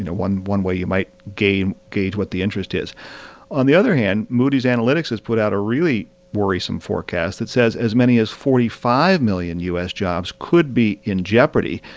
and one one way you might gauge gauge what the interest is on the other hand, moody's analytics has put out a really worrisome forecast that says as many as forty five million u s. jobs could be in jeopardy.